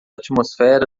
atmosfera